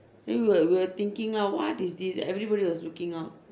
then we we~ we were thinking ah what is this everybody was looking out